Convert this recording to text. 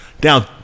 Down